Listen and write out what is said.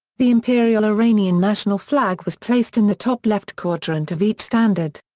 the imperial iranian national flag was placed in the top left quadrant of each standard.